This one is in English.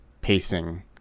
pacing